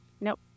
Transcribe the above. Nope